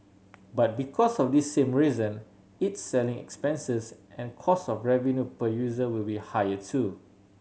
but because of this same reason its selling expenses and cost of revenue per user will be higher too